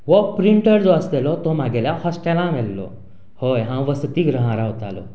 हो प्रिंटर जो आशिल्लो तो म्हज्या हॉस्टेलांत व्हेल्लो हय हांव वसतीगृहांत रावतालो